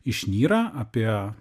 išnyra apie